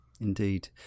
Indeed